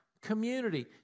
community